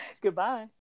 Goodbye